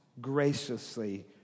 graciously